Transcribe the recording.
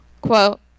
quote